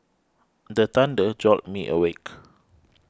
the thunder jolt me awake